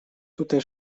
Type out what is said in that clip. tutaj